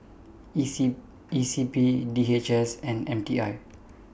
E C P D H S and M T I